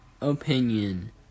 opinion